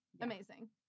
Amazing